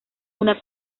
una